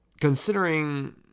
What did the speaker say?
considering